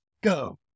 go